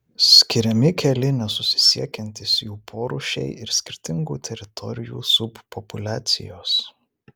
skiriami keli nesusisiekiantys jų porūšiai ir skirtingų teritorijų subpopuliacijos